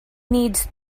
needs